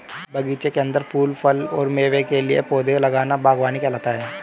बगीचे के अंदर फूल, फल और मेवे के लिए पौधे लगाना बगवानी कहलाता है